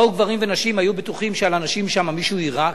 באו גברים ונשים והיו בטוחים שעל הנשים שם מישהו יירק.